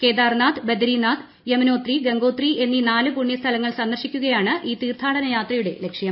കേദാർനാഥ് ബദരിനാഥ് യമുനോത്രി ഗംഗോത്രി എന്നീ നാല് പുണ്യ സ്ഥലങ്ങൾ സന്ദർശിക്കുകയാണ് ഛാർ ദാം തീർത്ഥാടന യാത്രയുടെ ലക്ഷ്യം